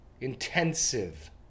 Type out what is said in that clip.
intensive